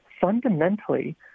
Fundamentally